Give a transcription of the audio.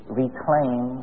reclaim